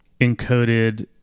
encoded